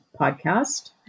Podcast